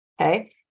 Okay